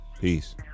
Peace